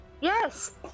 yes